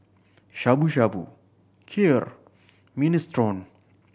Shabu Shabu Kheer and Minestrone